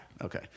Okay